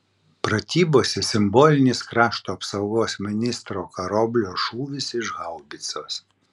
pratybose simbolinis krašto apsaugos ministro karoblio šūvis iš haubicos